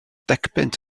decpunt